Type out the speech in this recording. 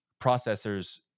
processors